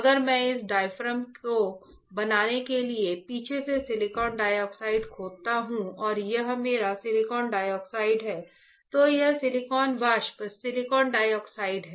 अगर मैं इस डायाफ्राम को बनाने के लिए पीछे से सिलिकॉन डाइऑक्साइड खोदता हूं और यह मेरा सिलिकॉन डाइऑक्साइड है तो यह सिलिकॉन वाष्प सिलिकॉन डाइऑक्साइड है